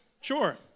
Sure